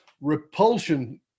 repulsion